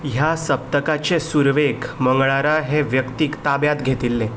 ह्या सप्तकाचे सुरवेक मंगळारा हे व्यक्तीक ताब्यांत घेतिल्ले